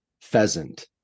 pheasant